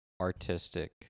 artistic